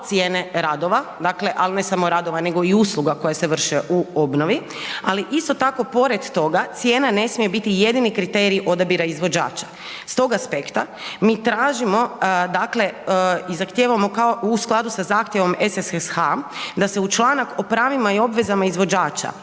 cijene radova, dakle, al ne samo radova, nego i usluga koje se vrše u obnovi. Ali isto tako pored toga, cijena ne smije biti jedini kriterij odabira izvođača. S tog aspekta mi tražimo, dakle i zahtijevamo kao u skladu sa zahtjevom SSSH da se u članak o pravima i obvezama izvođača